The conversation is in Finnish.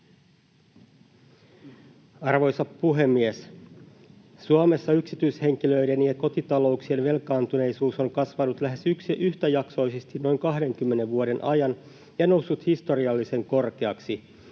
Arvoisa puhemies! Suomessa yksityishenkilöiden ja kotitalouksien velkaantuneisuus on kasvanut lähes yhtäjaksoisesti noin 20 vuoden ajan ja noussut historiallisen korkeaksi.